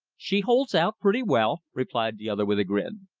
she holds out pretty well, replied the other with a grin.